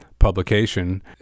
publication